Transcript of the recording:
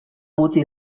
gutxi